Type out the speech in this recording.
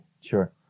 Sure